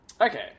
Okay